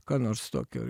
ką nors tokio